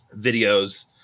videos